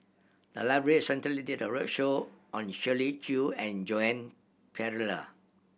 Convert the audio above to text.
the library recently did a roadshow on Shirley Chew and Joan Pereira